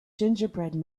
gingerbread